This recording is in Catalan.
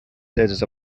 dels